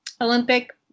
Olympic